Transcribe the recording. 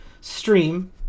stream